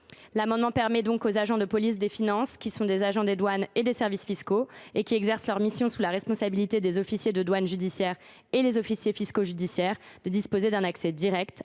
amendement vise à permettre aux agents de la police des finances – c’est à dire les agents des douanes et des services fiscaux qui exercent leur mission sous la responsabilité des officiers de douane judiciaire et des officiers fiscaux judiciaires – de disposer d’un accès direct